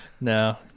No